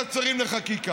לוועדת שרים לחקיקה,